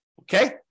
Okay